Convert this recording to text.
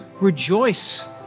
rejoice